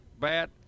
bat